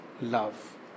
love